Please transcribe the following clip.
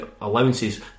allowances